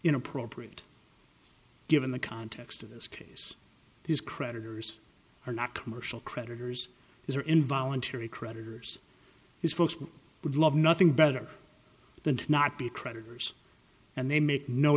inappropriate given the context of this case these creditors are not commercial creditors these are involuntary creditors these folks would love nothing better than to not be creditors and they make no